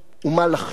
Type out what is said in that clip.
ומה לחשוב.